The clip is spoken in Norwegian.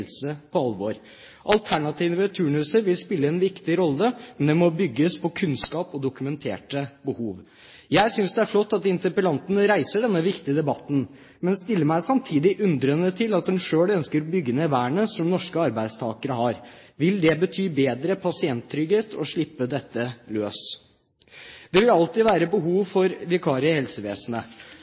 helse på alvor. Alternative turnuser vil spille en viktig rolle, men det må bygges på kunnskap og dokumenterte behov. Jeg synes det er flott at interpellanten reiser denne viktige debatten, men stiller meg samtidig undrende til at hun selv ønsker å bygge ned vernet som norske arbeidstakere har. Vil det bety bedre pasienttrygghet å slippe dette løs? Det vil alltid være behov for vikarer i helsevesenet